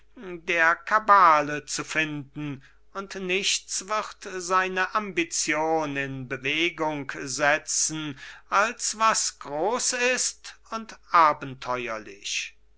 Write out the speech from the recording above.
der kabale zu finden und nichts wird seine ambition in bewegung setzen als was groß ist und abenteuerlich